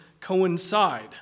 coincide